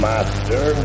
Master